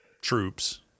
troops